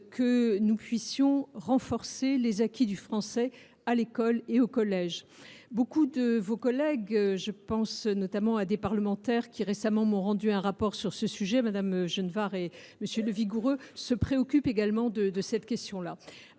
que nous puissions renforcer les acquis du français à l’école et au collège. Beaucoup de vos collègues – je pense notamment aux parlementaires qui récemment m’ont rendu un rapport sur ce sujet, Mme Genevard et M. Le Vigoureux – se préoccupent également de cette question.